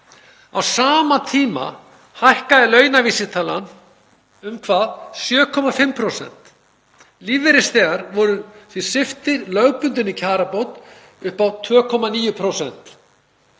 Á sama tíma hækkaði launavísitalan um 7,5%. Lífeyrisþegar voru því sviptir lögbundinni kjarabót upp á 2,9%.